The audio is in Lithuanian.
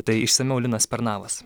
tai išsamiau linas pernavas